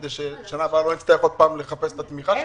כדי שבשנה הבאה לא נצטרך שוב לחפש תמיכה?